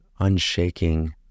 unshaking